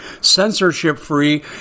censorship-free